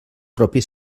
propi